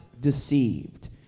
Deceived